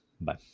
Bye